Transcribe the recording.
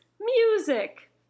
music